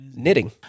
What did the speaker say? knitting